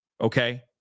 Okay